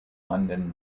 london